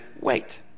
wait